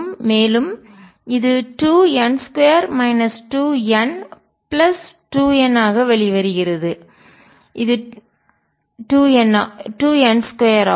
மேலும் இது 2n2 2n2n ஆக வெளிவருகிறது இது 2 n 2 ஆகும்